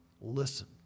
listen